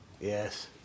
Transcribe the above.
Yes